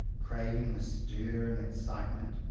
craving the stir and excitement,